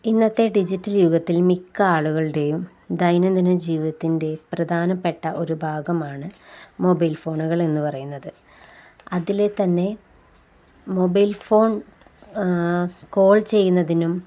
ഇന്നത്തെ ഡിജിറ്റൽ യുഗത്തിൽ മിക്ക ആളുകളുടെയും ദൈനംദിന ജീവിതത്തിൻ്റെ പ്രധാനപ്പെട്ട ഒരു ഭാഗമാണ് മൊബൈൽ ഫോണുകളെന്നു പറയുന്നത് അതില്ത്തന്നെ മൊബൈൽ ഫോൺ കോൾ ചെയ്യുന്നതിനും